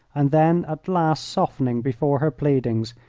and then, at last softening before her pleadings,